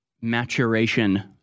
maturation